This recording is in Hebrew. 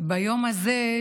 ביום הזה,